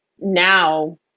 now